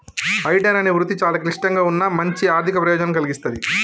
auditor అనే వృత్తి చాలా క్లిష్టంగా ఉన్నా మంచి ఆర్ధిక ప్రయోజనాలను కల్గిస్తాది